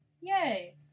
Yay